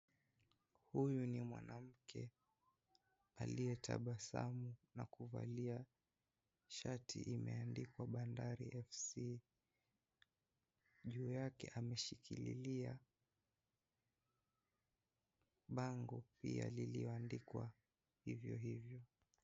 Huyu ni mwanamke aliyetabasamu na kuvalia shati imeandikwa Bandari FC. Juu yake ameshikilia bango pia lilioandikwa hivyo hivyo.